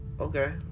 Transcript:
Okay